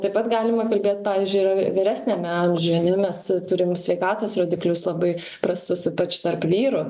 taip pat galima kalbėt pavyzdžiui vyresniame amžiuje mes turim sveikatos rodiklius labai prastus ypač taro vyrų